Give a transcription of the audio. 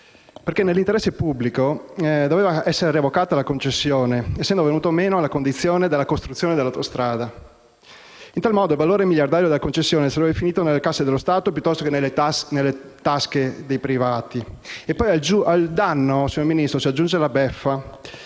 A4. Nell'interesse pubblico doveva essere revocata la concessione, essendo venuta meno la condizione della costruzione dell'autostrada. In tal modo, il valore miliardario della concessione sarebbe finito nelle casse dello Stato piuttosto che nelle tasche dei privati. Signor Ministro, al danno poi si aggiunge la beffa.